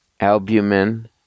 albumin